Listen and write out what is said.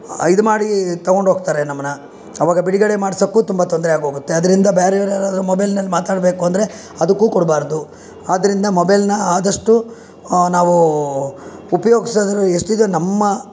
ಇದು ಮಾಡಿ ತಗೊಂಡು ಹೋಗ್ತಾರೆ ನಮ್ಮನ್ನ ಆವಾಗ ಬಿಡುಗಡೆ ಮಾಡ್ಸೋಕ್ಕೂ ತುಂಬ ತೊಂದರೆ ಆಗೋಗುತ್ತೆ ಅದರಿಂದ ಬ್ಯಾರೆವ್ರು ಯಾರಾದ್ರೂ ಮೊಬೈಲ್ನಲ್ಲಿ ಮಾತಾಡಬೇಕು ಅಂದರೆ ಅದಕ್ಕೂ ಕೊಡಬಾರ್ದು ಆದ್ದರಿಂದ ಮೊಬೈಲನ್ನ ಆದಷ್ಟು ನಾವು ಉಪ್ಯೋಗಿಸಿದ್ರೂ ಎಷ್ಟಿದೆಯೋ ನಮ್ಮ